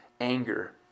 anger